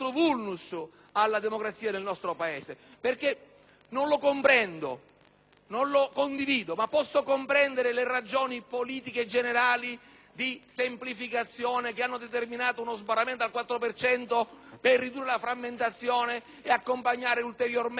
non lo condivido, ma posso comprendere le ragioni politiche generali di semplificazione che hanno determinato lo sbarramento al 4 per cento: ridurre la frammentazione ed accompagnare ulteriormente questo processo bipolare che